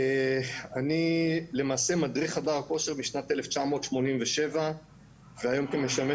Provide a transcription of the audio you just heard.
אני למעשה מדריך חדר כושר משנת 1987 והיום משמש